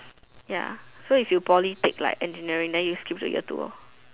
ya so if you poly take like engineering then you skip to year two lor